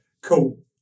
Cool